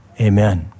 Amen